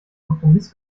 kompromiss